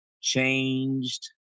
Changed